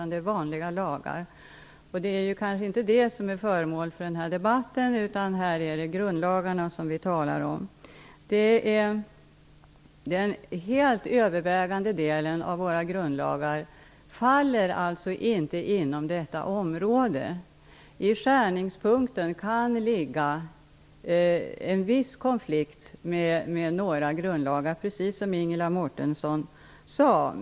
Det är kanske inte det som är föremål för den här debatten, utan här talar vi om grundlagarna. Den helt övervägande delen av våra grundlagar faller alltså inte inom detta område. I skärningspunkten kan ligga en viss konflikt med några grundlagar, precis som Ingela Mårtensson sade.